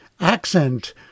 accent